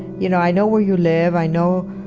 you know i know where you live, i know